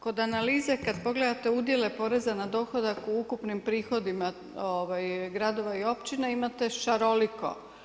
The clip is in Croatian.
Kod analize kad pogledate udjele poreza na dohotak u ukupnim prihodima gradova i općina imate šaroliko.